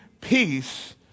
peace